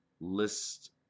list